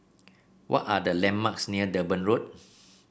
what are the landmarks near Durban Road